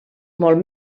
molt